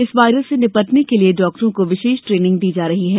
इस वायरस से निपटने के लिये डॉक्टरों को विशेष ट्रेनिंग दी जा रही है